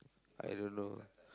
I don't know